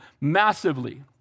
massively